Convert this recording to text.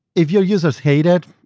if you users hate it,